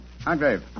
Hargrave